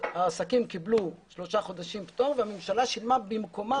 העסקים קיבלו שלושה חודשים פטור והממשלה שילמה במקומם.